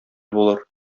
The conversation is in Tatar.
булыр